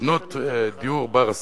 לבנות דיור בר-השגה.